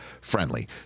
friendly